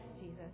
Jesus